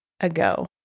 ago